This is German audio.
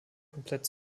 komplett